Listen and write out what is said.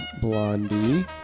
Blondie